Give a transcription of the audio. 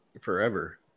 forever